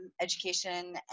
education